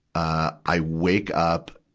ah, i wake up,